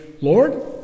Lord